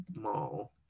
Mall